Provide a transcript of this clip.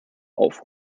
auf